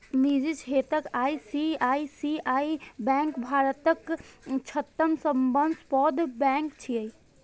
निजी क्षेत्रक ICICI bank भारतक छठम सबसं पैघ बैंक छियै